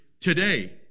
today